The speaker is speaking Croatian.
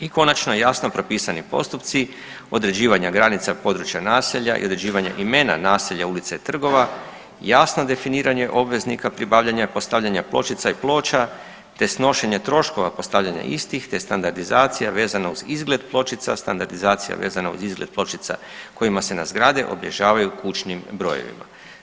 I konačno jasno propisani postupci određivanja granica područja naselja i određivanja imena naselja, ulica i trgova jasno definiranje obveznika, pribavljanja, postavljanja pločica i ploča, te snošenje troškova postavljanja istih, te standardizacija vezana uz izgled pločica, standardizacija vezana uz izgled pločica kojima se na zgrade obilježavaju kućnim brojevima.